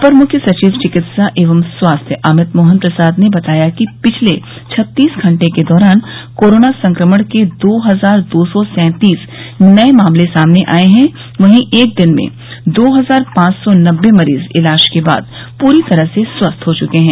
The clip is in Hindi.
अपर मुख्य सचिव चिकित्सा एवं स्वास्थ्य अमित मोहन प्रसाद ने बताया कि पिछले छत्तीस घंटे के दौरान कोरोना संक्रमण के दो हजार दो सौ सैंतीस नये मामले सामने आये हैं वहीं एक दिन में दो हजार पांच सौ नब्बे मरीज इलाज के बाद पूरी तरह से स्वस्थ हो चुके हैं